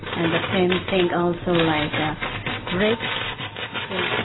and the same thing also like rape still